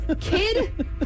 Kid